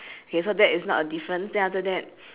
eh mine also eh then the there's only like one two three four